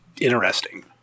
interesting